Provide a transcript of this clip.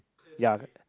ya